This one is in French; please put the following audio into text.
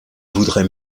voudrait